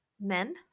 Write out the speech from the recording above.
men